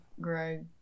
Greg